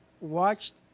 watched